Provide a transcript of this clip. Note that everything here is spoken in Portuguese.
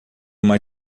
uma